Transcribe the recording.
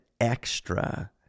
extra